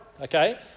okay